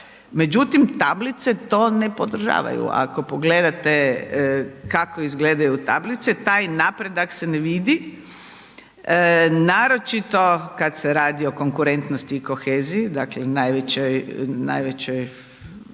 međutim tablice to ne podržavaju. Ako pogledate kako izgledaju tablice taj napredak se ne vidi, naročito kada se radi o konkurentnosti i koheziji dakle najvećoj